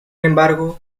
embargo